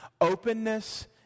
openness